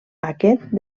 aquest